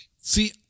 See